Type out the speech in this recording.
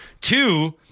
Two